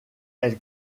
elle